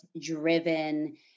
driven